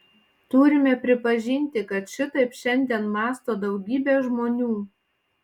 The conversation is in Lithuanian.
turime pripažinti kad šitaip šiandien mąsto daugybė žmonių